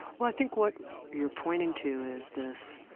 well, i think what you're pointing to is this